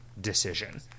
decision